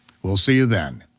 we'll see you then.